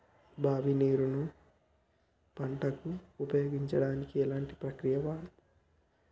బావి నీరు ను పంట కు ఉపయోగించడానికి ఎలాంటి ప్రక్రియ వాడుతం?